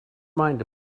mind